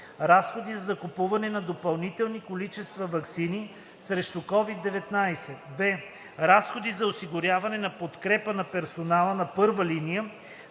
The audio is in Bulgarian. разходи за закупуване на допълнителни количества ваксини срещу COVID-19; б) разходи за осигуряване на подкрепа на персонала на първа линия,